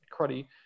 cruddy